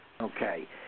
Okay